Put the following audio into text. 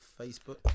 facebook